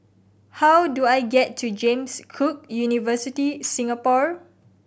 how do I get to James Cook University Singapore